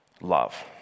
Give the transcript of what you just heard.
love